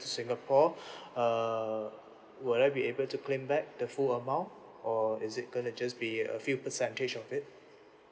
to singapore err will I be able to claim back the full amount or is it going to just be a few percentage of it